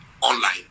online